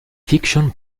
fiction